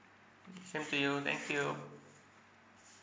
same to you thank you